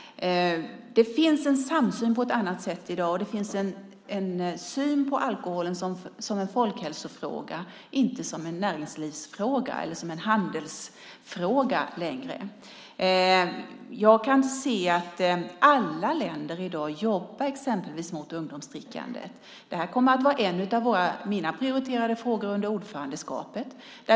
Det finns en samsyn på ett annat sätt i dag. Det finns en syn på alkoholen som en folkhälsofråga, inte som en näringslivsfråga eller som en handelsfråga längre. Jag kan se att alla länder i dag jobbar mot ungdomsdrickandet. Det kommer att vara en av mina prioriterade frågor under ordförandeskapet.